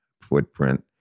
footprint